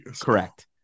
Correct